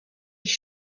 ich